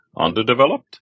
Underdeveloped